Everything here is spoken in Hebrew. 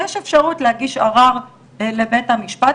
יש אפשרות להגיש ערר לבית המשפט,